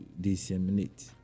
disseminate